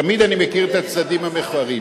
אני תמיד מכיר את הצדדים המכוערים.